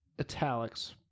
italics